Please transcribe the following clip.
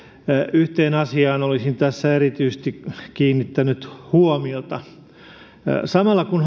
yhteen asiaan olisin tässä erityisesti kiinnittänyt huomiota samalla kun